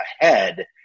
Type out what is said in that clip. ahead